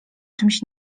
czymś